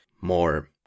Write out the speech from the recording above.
more